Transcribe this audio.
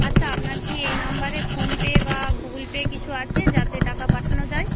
আচ্ছা আপনার কি এই নাম্বারে ফোনপে বা গুগল পে কিছু আছে যাতে টাকা পাঠানো যায়